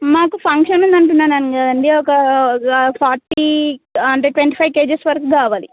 మాకు ఫంక్షన్ ఉందంటున్నాను కదండీ ఒక ఫార్టీ అంటే ట్వంటీ ఫై కేజస్ వరకు కావాలి